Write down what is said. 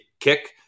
kick